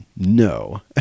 no